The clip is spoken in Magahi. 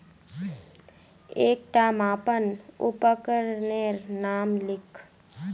एकटा मापन उपकरनेर नाम लिख?